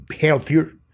healthier